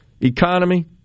economy